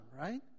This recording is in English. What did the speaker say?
right